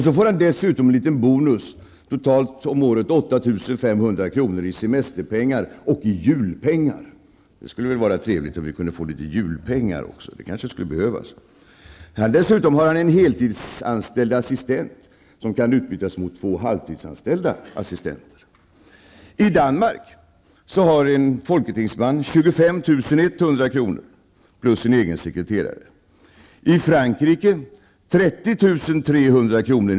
Så får han dessutom en liten bonus, totalt 8 500 kr. om året i semesterpengar -- och i julpengar. Det skulle väl vara trevligt om vi kunde få litet julpengar också, det kanske skulle behövas. Dessutom har han en heltidsanställd assistent, som kan utbytas mot två halvtidsanställda assistenter. I Danmark har en folketingsman 25 100 kr., plus en egen sekreterare. I Frankrike har en parlamentledamot 303 000 kr.